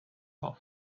off